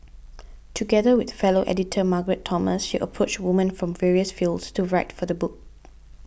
together with fellow editor Margaret Thomas she approached women from various fields to write for the book